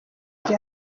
gihe